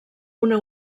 una